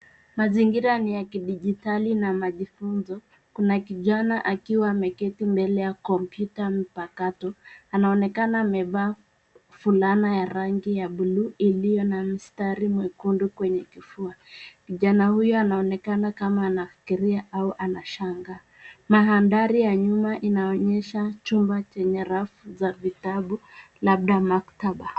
Mazingira ni ya kidijitali na majifunzo. Kuna kijana akiwa ameketi mbele ya kompyuta mpakato, anaonekana amevaa fulana ya rangi ya buluu iliyo na mstari mwekundu kwenye kifua. Kijana huyo anaonekana kama anafikiria au anashangaa Mandhari ya nyuma inaonyesha chumba chenye rafu za vitabu labda maktaba.